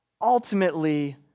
Ultimately